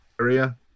area